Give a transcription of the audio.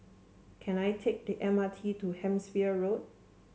can I take the M R T to Hampshire Road